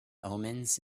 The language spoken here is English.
omens